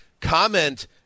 comment